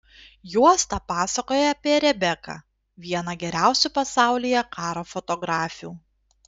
juosta pasakoja apie rebeką vieną geriausių pasaulyje karo fotografių